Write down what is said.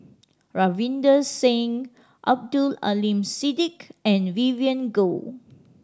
Ravinder Singh Abdul Aleem Siddique and Vivien Goh